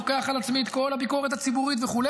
לוקח על עצמי את כל הביקורת הציבורית וכו',